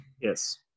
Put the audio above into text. Yes